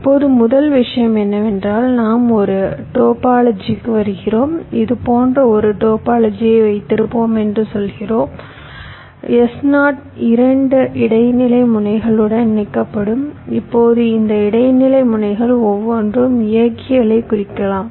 இப்போது முதல் விஷயம் என்னவென்றால் நாம் ஒரு டோபாலஜிக்கு வருகிறோம் இது போன்ற ஒரு டோபாலஜியை வைத்திருப்போம் என்று சொல்கிறோம் S0 2 இடைநிலை முனைகளுடன் இணைக்கப்படும் இப்போது இந்த இடைநிலை முனைகள் ஒவ்வொன்றும் இயக்கிகளைக் குறிக்கலாம்